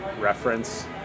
reference